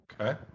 Okay